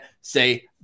say